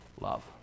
Love